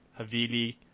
Havili